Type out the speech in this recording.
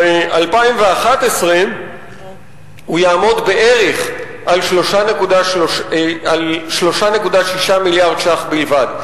ב-2011 הוא יעמוד בערך על 3.6 מיליארד שקלים בלבד.